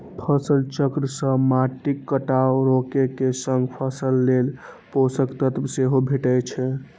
फसल चक्र सं माटिक कटाव रोके के संग फसल लेल पोषक तत्व सेहो भेटै छै